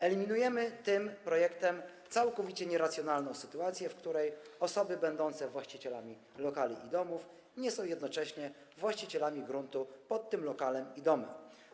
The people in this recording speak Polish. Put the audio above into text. Eliminujemy tym projektem całkowicie nieracjonalną sytuację, w której osoby będące właścicielami lokali i domów nie są jednocześnie właścicielami gruntu pod tym lokalem i domem.